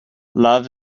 love